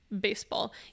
baseball